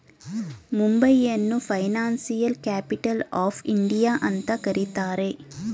ಮುಂಬೈಯನ್ನು financial capital of India ಅಂತ ಕರಿತರೆ